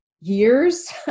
years